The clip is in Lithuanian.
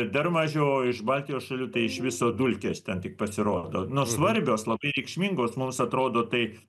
dar mažiau o iš baltijos šalių tai iš viso dulkės ten tik pasirodo nors svarbios labai reikšmingos mums atrodo tai